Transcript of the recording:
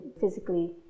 physically